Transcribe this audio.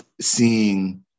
seeing